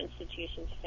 institutions